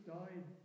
died